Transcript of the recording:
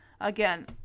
again